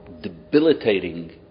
debilitating